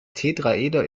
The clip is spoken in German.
tetraeder